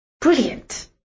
Brilliant